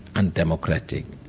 undemocratic.